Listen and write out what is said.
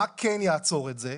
מה כן יעצור את זה?